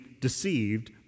deceived